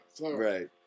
Right